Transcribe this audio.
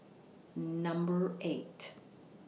Number eight